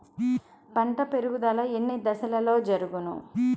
పంట పెరుగుదల ఎన్ని దశలలో జరుగును?